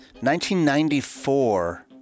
1994